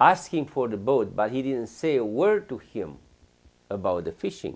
asking for the boat but he didn't say a word to him about the fishing